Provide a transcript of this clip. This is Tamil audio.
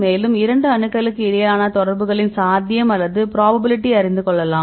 மேலும் இரண்டு அணுக்களுக்கு இடையிலான தொடர்புகளின் சாத்தியம் அல்லது புரோபாபிலிடி அறிந்து கொள்ளலாம்